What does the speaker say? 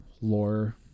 lore